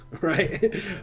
right